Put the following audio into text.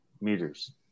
meters